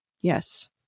Yes